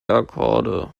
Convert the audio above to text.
akkorde